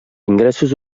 ingressos